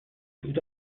tout